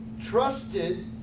Trusted